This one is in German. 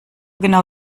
genau